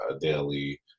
daily